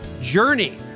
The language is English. journey